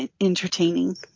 entertaining